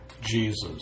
Jesus